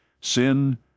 sin